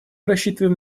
рассчитываем